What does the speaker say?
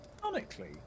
Ironically